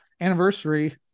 Anniversary